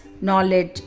knowledge